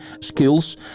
skills